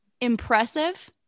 impressive